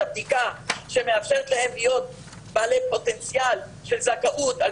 הבדיקה שמאפשרת להם להיות בעלי פוטנציאל של זכאות על